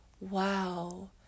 wow